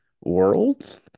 world